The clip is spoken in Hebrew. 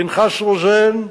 פנחס רוזן,